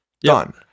done